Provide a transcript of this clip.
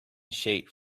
sheet